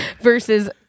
Versus